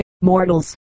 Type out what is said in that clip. mortals